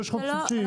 דו-שנתי,